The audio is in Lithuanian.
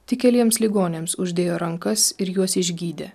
tik keliems ligoniams uždėjo rankas ir juos išgydė